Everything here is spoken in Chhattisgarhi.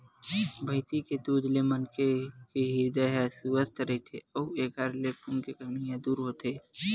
भइसी के दूद ले मनखे के हिरदे ह सुवस्थ रहिथे अउ एखर ले खून के कमी ह दूर होथे